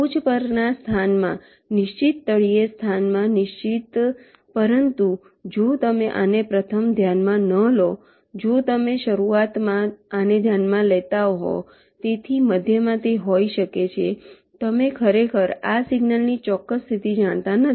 ટોચ પરના સ્થાનમાં નિશ્ચિત તળિયે સ્થાનમાં નિશ્ચિત પરંતુ જો તમે આને પ્રથમ ધ્યાનમાં ન લો જો તમે શરૂઆતમાં આને ધ્યાનમાં લેતા હોવ તેથી મધ્યમાં તે હોઈ શકે છે તમે ખરેખર આ સિગ્નલની ચોક્કસ સ્થિતિ જાણતા નથી